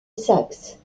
saxe